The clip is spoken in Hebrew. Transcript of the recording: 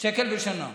שקל בשנה,